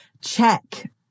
check